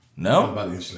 No